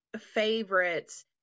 favorites